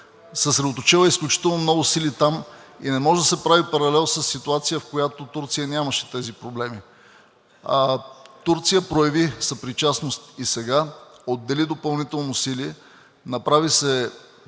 съсредоточила е изключително много сили там, и не може да се прави паралел със ситуацията, в която Турция нямаше тези проблеми. Турция прояви съпричастност и сега – отдели допълнително усилие, направи се